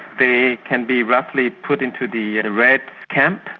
they can be roughly put into the red camp,